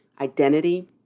identity